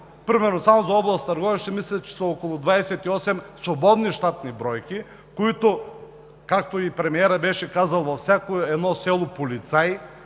Примерно само за област Търговище – мисля, че са около 28 свободните щатни бройки, както и премиерът беше казал – във всяко едно село – полицай,